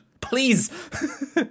please